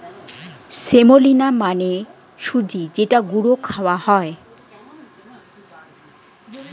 semolina মানে সুজি যেটা গুঁড়ো খাওয়া হয়